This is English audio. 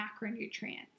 macronutrients